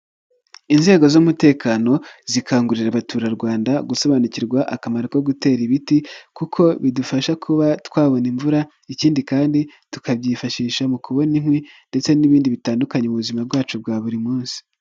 Inzego z'umutekano zikangurira abaturarwanda gusobanukirwa akamaro ko gutera ibiti, kuko bidufasha kuba twabona imvura, ikindi kandi tukabyifashisha mu kubona inkwi ndetse n'ibindi bitandukanye buzima bwacu bwa buri munsi.